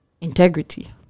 integrity